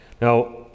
Now